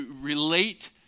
relate